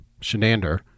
Shenander